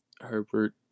Herbert